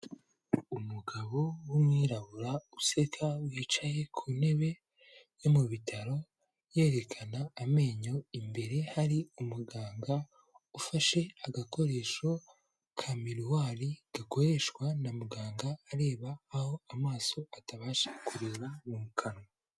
Umugabo w'umwirabura useka wicaye ku ntebe yo mu bitaro yerekana amenyo, imbere hari umuganga ufashe agakoresho ka miruwari, gakoreshwa na muganga areba aho amaso atabasha kureba mu kanwa.